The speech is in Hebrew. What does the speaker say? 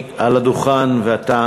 נוספות בהוראת שעה את התיקון לחוק המוצע.